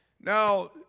Now